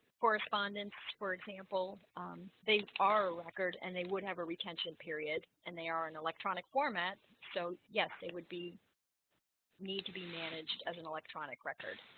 correspondence, for example they are a record and they would have a retention period and they are an electronic format so yes, they would be need to be managed as an electronic record